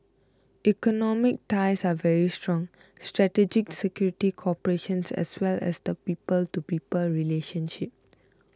economic ties are very strong strategic security cooperations as well as the people to people relationship